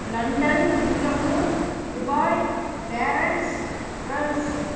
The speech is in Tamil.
London Singapore Dubai parents friends